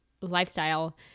lifestyle